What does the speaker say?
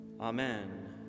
Amen